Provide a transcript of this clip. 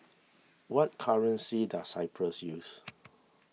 what currency does Cyprus use